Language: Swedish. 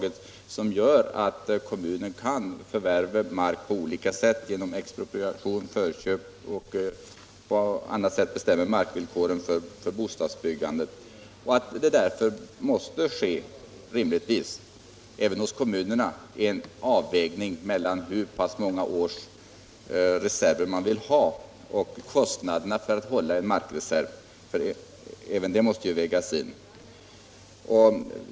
Dessa åtgärder gör det möjligt för kommunerna att förvärva mark på olika sätt, t.ex. genom expropriation och förköp, och att på annat sätt bestämma markvillkoren för bostadsbyggandet, och det måste därför rimligtvis även hos kommunerna ske en avvägning mellan hur pass många års reserver man vill ha och kostnaderna för att hålla en markreserv.